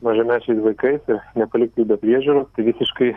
mažamečiais vaikais ir nepalikti jų be priežiūros tai visiškai